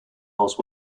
else